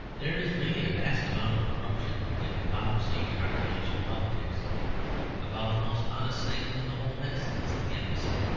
there is really a vast amount of corruption and hypocrisy in our election politics about the most honest thing in the whole mess is the canvassing.